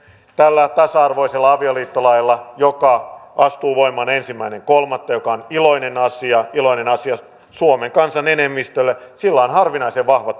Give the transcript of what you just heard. tällä tasa arvoisella avioliittolailla joka astuu voimaan ensimmäinen kolmatta mikä on iloinen asia iloinen asia suomen kansan enemmistölle on harvinaisen vahva